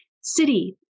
City